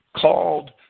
called